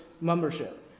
membership